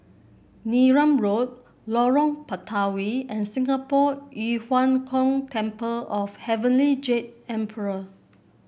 Neram Road Lorong Batawi and Singapore Yu Huang Gong Temple of Heavenly Jade Emperor